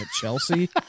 Chelsea